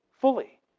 fully